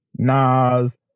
Nas